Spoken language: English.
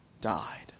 died